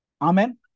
Amen